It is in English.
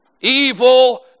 evil